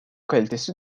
kalitesi